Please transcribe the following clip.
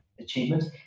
achievements